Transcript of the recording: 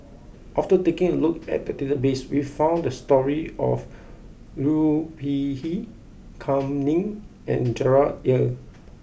after taking a look at the database we found the stories of Liu Peihe Kam Ning and Gerard Ee